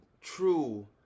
true